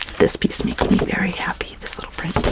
this piece makes me very happy! this little print!